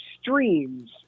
streams